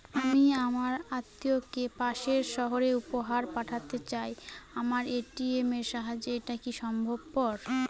আমি আমার আত্মিয়কে পাশের সহরে উপহার পাঠাতে চাই আমার এ.টি.এম এর সাহায্যে এটাকি সম্ভবপর?